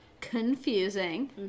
confusing